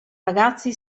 ragazzi